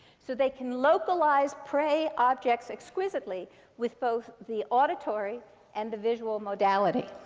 so they can localize prey objects exquisitely with both the auditory and the visual modality.